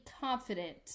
confident